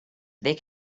they